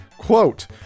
Quote